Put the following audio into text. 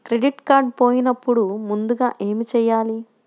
Credit card పోయినపుడు ముందుగా ఏమి చేయాలి?